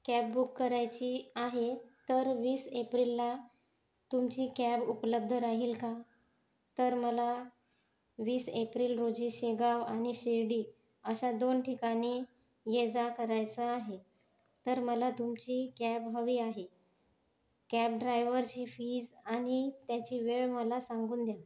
cab book करायची आहे तर वीस एप्रिलला तुमची कॅब उपलब्ध राहील का तर मला वीस एप्रिल रोजी शेगाव आणि शिर्डी अशा दोन ठिकाणी ये जा करायचं आहे तर मला तुमची कॅब हवी आहे कॅब ड्रायवरची फीज आणि त्याची वेळ मला सांगून द्या